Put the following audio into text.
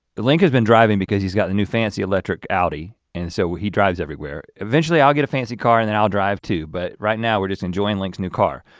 link has been driving because he's got a new fancy electric audi and so he drives everywhere. eventually, i'll get a fancy car and then i'll drive too but right now, we're just enjoying link's new car.